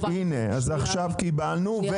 אז הנה, עכשיו קיבלנו.